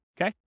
Okay